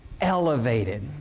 elevated